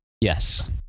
Yes